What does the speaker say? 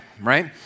right